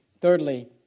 Thirdly